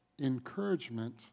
encouragement